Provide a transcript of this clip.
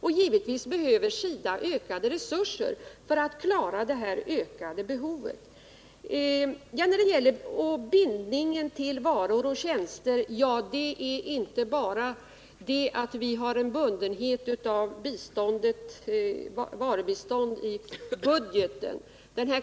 Och givetvis behöver SIDA ökade resurser för att klara det ökade behovet. Bindningen till varor och tjänster visar sig inte bara i det att vi har ett bundet varubistånd i budgeten.